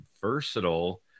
versatile